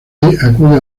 acude